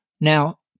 Now